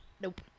Nope